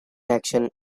action